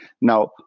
Now